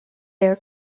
their